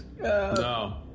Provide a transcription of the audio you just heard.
No